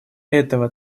этого